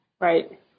right